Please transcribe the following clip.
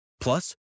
Plus